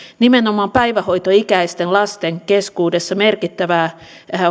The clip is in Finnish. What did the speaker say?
nimenomaan päivähoitoikäisten lasten keskuudessa merkittävää